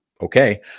Okay